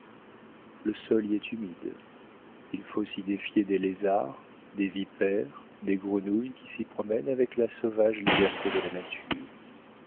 le sol y est humide il faut s'y défier des lézards des vipères des grenouilles qui s'y promènent avec la sauvage liberté de la nature